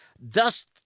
Thus